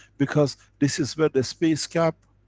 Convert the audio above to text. because this is where the space gap,